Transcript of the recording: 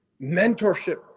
mentorship